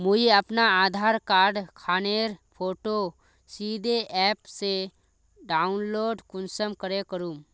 मुई अपना आधार कार्ड खानेर फोटो सीधे ऐप से डाउनलोड कुंसम करे करूम?